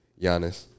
Giannis